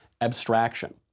abstraction